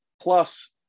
plus